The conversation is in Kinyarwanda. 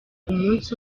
umunsi